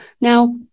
Now